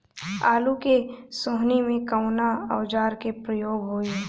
आलू के सोहनी में कवना औजार के प्रयोग होई?